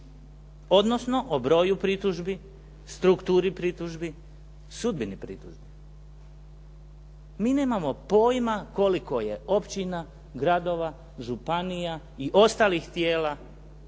odnosno o broju pritužbi, strukturi pritužbi, sudbini pritužbi? Mi nemamo pojma koliko je općina, gradova, županija i ostalih tijela